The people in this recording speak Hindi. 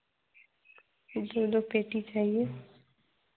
दो दो पेटी चाहिए